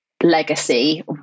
legacy